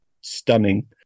stunning